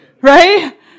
Right